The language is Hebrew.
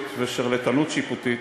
ושרלטנות שיפוטית,